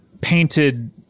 painted